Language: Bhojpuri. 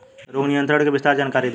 रोग नियंत्रण के विस्तार जानकारी दी?